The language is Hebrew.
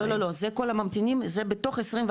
לא, לא, לא, זה כל הממתינים, זה מתוך 24,160,